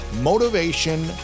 Motivation